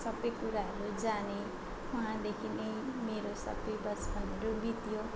सबै कुराहरू जाने उहाँदेखि नै मेरो सबै बचपनहरू बित्यो